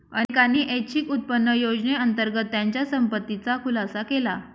अनेकांनी ऐच्छिक उत्पन्न योजनेअंतर्गत त्यांच्या संपत्तीचा खुलासा केला